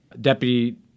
deputy